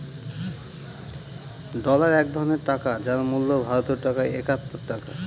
dollar এক ধরনের টাকা যার মূল্য ভারতীয় টাকায় একাত্তর টাকা